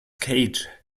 cage